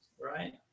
right